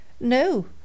No